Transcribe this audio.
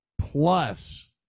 Plus